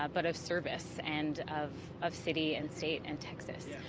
ah but of service. and of of city and state, and texas.